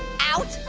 out,